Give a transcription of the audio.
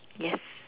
yes